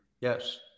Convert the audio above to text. Yes